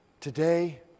today